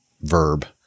verb